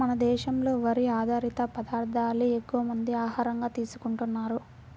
మన దేశంలో వరి ఆధారిత పదార్దాలే ఎక్కువమంది ఆహారంగా తీసుకుంటన్నారు